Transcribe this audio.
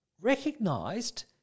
recognised